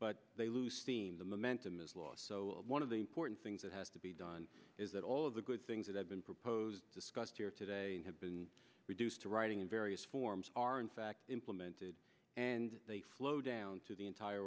but they lose steam the momentum is lost so one of the important things that has to be done is that all of the good things that have been proposed discussed here today have been reduced to writing in various forms are in fact implemented and they flow down to the entire